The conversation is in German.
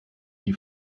die